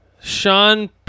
Sean